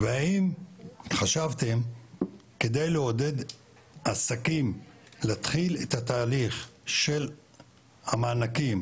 והאם חשבתם כדי לעודד עסקים להתחיל את התהליך של המענקים,